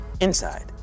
inside